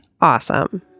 Awesome